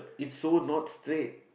it's so not straight